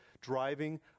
driving